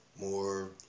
more